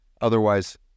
Otherwise